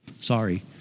sorry